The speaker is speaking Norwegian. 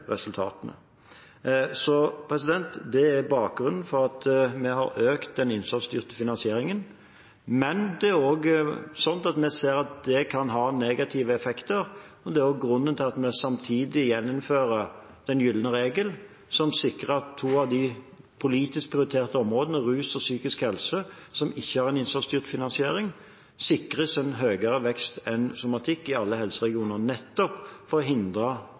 resultatene. Det er bakgrunnen for at vi har økt den innsatsstyrte finansieringen. Men det er også sånn at vi ser at det kan ha negative effekter, og det er også grunnen til at vi samtidig gjennomfører den gylne regel som sikrer at to av de politisk prioriterte områdene rus og psykisk helse – som ikke har en innsatsstyrt finansiering – sikres en høyere vekst enn somatikk i alle helseregioner, nettopp